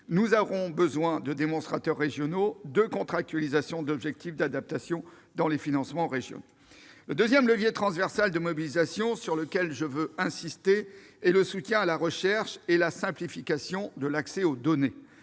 Nous avons besoin de démonstrateurs régionaux et de contractualisation d'objectifs d'adaptation dans les financements régionaux. Le deuxième levier transversal de mobilisation sur lequel je veux insister est le soutien à la recherche et la simplification de l'accès aux données.